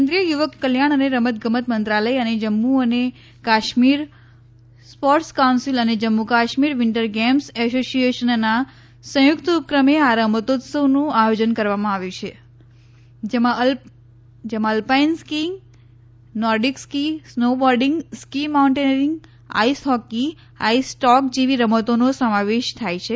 કેન્દ્રીય યુવક કલ્યાણ અને રમત ગમત મંત્રાલય અને જમ્મુ અને કાશ્મીર સ્પોર્ટ્સ કાઉન્સીલ અને જમ્મુ કાશ્મીર વિન્ટર ગેમ્સ એઓસીએશનના સંયુક્ત ઉપક્રમે આ રમતોત્સવનું આયોજન કરવામાં આવ્યું છે જેમાં alpine skiing Nordic ski snow boarding ski mountaineering ice hockey ice stock જેવી રમતોનો સમાવેશ થાય છે